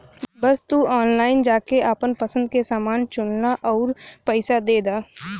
बस तू ऑनलाइन जाके आपन पसंद के समान चुनला आउर पइसा दे दा